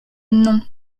non